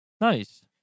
Nice